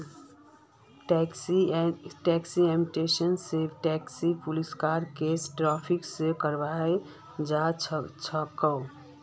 tax amnesty स tax पुलिसक case transfer कराल जा छेक